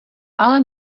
ale